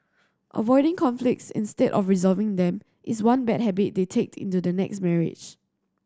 avoiding conflicts instead of resolving them is one bad habit they take into the next marriage